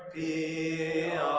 a